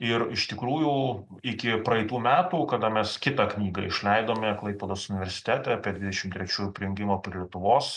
ir iš tikrųjų iki praeitų metų kada mes kitą knygą išleidome klaipėdos universitete apie dvidešim trečiųjų prijungimą prie lietuvos